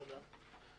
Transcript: תודה.